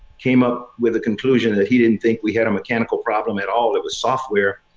came up with a conclusion that he didn't think we had a mechanical problem at all. it was software.